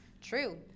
True